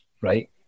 right